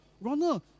Ronald